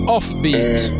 Offbeat